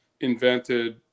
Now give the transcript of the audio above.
invented